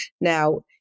Now